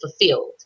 fulfilled